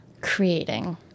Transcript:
creating